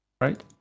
right